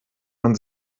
man